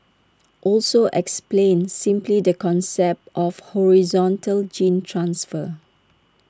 also explained simply the concept of horizontal gene transfer